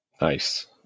Nice